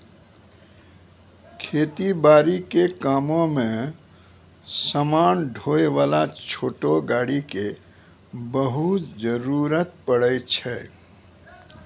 खेती बारी के कामों मॅ समान ढोय वाला छोटो गाड़ी के बहुत जरूरत पड़ै छै